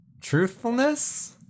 truthfulness